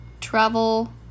travel